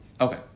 Okay